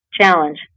challenge